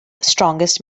strongest